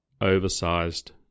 oversized